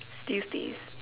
still stays